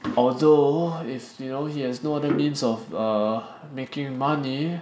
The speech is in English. although if you know he has no other means of err making money